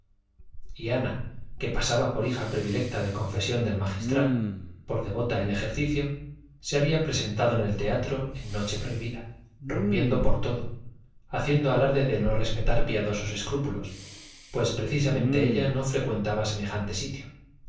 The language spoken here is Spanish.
ana que pasaba por hija predilecta de confesión del magistral por devota en ejercicio se había presentado en el teatro en noche prohibida rompiendo por todo haciendo alarde de no respetar piadosos escrúpulos pues precisamente ella no frecuentaba semejante sitio